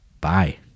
Bye